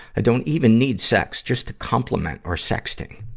i don't even need sex, just a compliment or sexting.